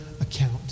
account